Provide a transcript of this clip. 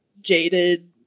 jaded